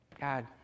God